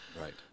Right